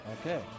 Okay